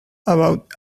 about